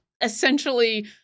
essentially